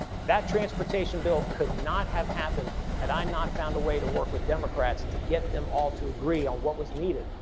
that transportation bill could not have happened had i not found a way to work with democrats to get them all to agree on what was needed.